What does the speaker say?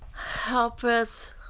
help us.